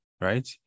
right